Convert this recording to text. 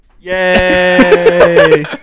Yay